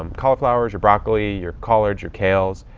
um cauliflowers, your broccoli, your collards, your kales,